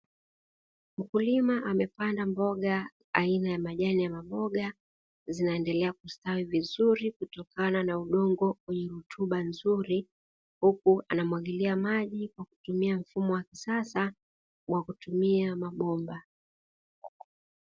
Mkulima amepanda mboga aina ya majani ya maboga, zinaendelea kustawi vizuri, kutokana na udongo wenye rutuba nzuri, huku anamwagilia maji kwa kutumia mfumo wa kisasa wa kutumia mabomba.